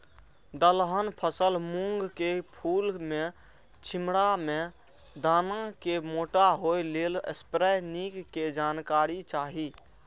दलहन फसल मूँग के फुल में छिमरा में दाना के मोटा होय लेल स्प्रै निक के जानकारी चाही?